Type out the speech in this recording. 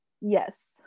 yes